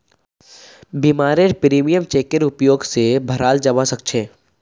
बीमारेर प्रीमियम चेकेर उपयोग स भराल जबा सक छे